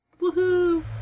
Woohoo